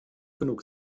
genug